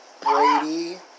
Brady